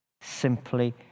simply